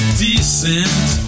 decent